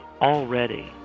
already